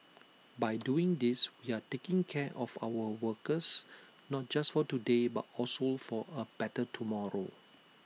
by doing these we are taking care of our workers not just for today but also for A better tomorrow